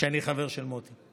שאני חבר של מוטי,